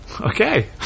Okay